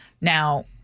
Now